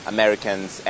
Americans